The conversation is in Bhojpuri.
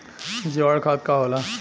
जीवाणु खाद का होला?